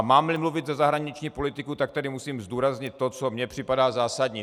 Mámli mluvit za zahraniční politiku, tak musím zdůraznit to, co mi připadá zásadní.